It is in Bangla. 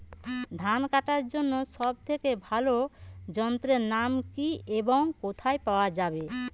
ধান কাটার জন্য সব থেকে ভালো যন্ত্রের নাম কি এবং কোথায় পাওয়া যাবে?